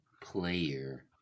Player